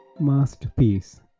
masterpiece